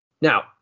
Now